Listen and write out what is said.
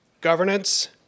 governance